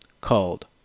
called